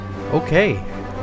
Okay